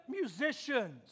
musicians